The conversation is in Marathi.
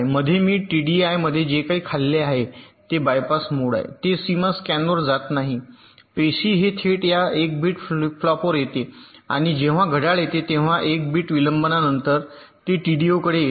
मध्ये मी टीडीआयमध्ये जे काही खाल्ले आहे ते बायपास मोड आहे ते सीमा स्कॅनवर जात नाही पेशी हे थेट या 1 बिट फ्लिप फ्लॉपवर येते आणि जेव्हा घड्याळ येते तेव्हा 1 बिट विलंबानंतर ते टीडीओकडे येते